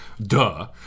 Duh